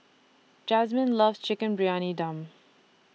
Jazmyn loves Chicken Briyani Dum